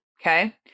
okay